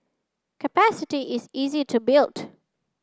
capacity is easy to build